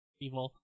evil